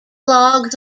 logs